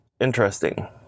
Interesting